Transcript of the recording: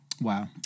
Wow